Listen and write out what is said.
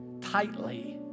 tightly